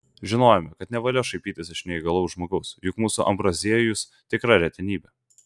žinojome kad nevalia šaipytis iš neįgalaus žmogaus juk mūsų ambraziejus tikra retenybė